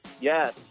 Yes